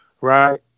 right